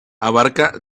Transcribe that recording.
abarca